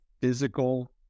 physical